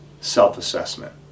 self-assessment